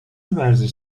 ورزش